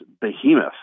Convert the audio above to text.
behemoth